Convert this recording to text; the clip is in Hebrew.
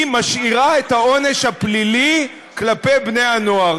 היא משאירה את העונש הפלילי כלפי בני-הנוער.